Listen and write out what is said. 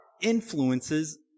influences